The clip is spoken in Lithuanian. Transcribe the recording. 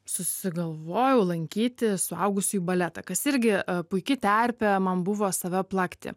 susigalvojau lankyti suaugusiųjų baletą kas irgi puiki terpė man buvo save plakti